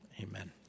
Amen